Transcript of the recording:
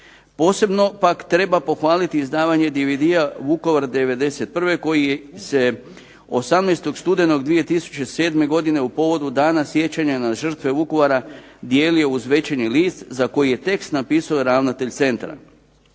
Posebno pak treba pohvaliti izdavanje DVD-a "Vukovar '91." koji se 18. studenog 2007. godine u povodu Dana sjećanja na žrtve Vukovara dijelio uz "Večernji list" za koji je tekst napisao ravnatelj centra.